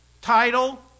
Title